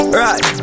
right